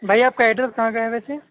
بھائی آپ کا ایڈریس کہاں کا ہے ویسے